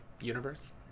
universe